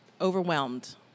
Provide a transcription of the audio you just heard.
overwhelmed